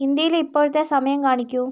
ഇന്ത്യയിലെ ഇപ്പോഴത്തെ സമയം കാണിക്കൂ